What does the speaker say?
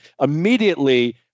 immediately